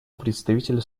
представителю